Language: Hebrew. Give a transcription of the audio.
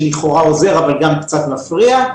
שלכאורה עוזר אבל גם קצת מפריע,